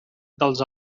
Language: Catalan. dels